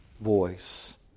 voice